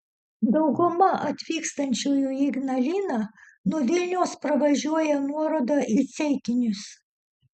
dauguma atvykstančiųjų į ignaliną nuo vilniaus pravažiuoja nuorodą į ceikinius